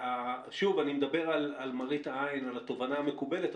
שוב, אני מדבר על מראית העין, על התובנה המקובלת.